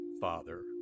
Father